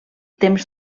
temps